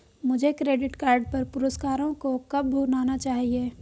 मुझे credit card पर पुरस्कारों को कब भुनाना चाहिए?